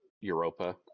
Europa